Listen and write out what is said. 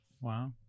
Wow